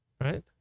Right